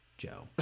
Joe